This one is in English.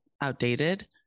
outdated